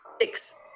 six